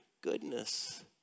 goodness